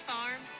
Farm